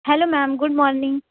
hello ma'am good morning